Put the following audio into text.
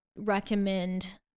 recommend